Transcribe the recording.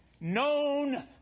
known